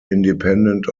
independent